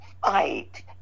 fight